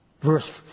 verse